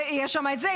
ויש שם את זה,